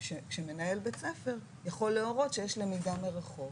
כשמנהל בית ספר יכול להורות שיש למידה מרחוק